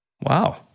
Wow